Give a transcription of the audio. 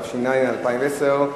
התש"ע 2010,